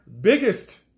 biggest